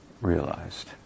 realized